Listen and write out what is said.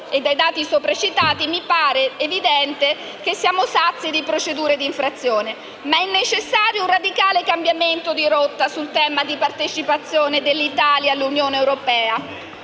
e dai dati sopracitati mi sembra evidente che siamo sazi di procedure d'infrazione. È tuttavia necessario un radicale cambiamento di rotta sul tema della partecipazione dell'Italia all'Unione europea.